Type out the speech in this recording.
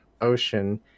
ocean